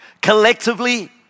collectively